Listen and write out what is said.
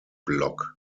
block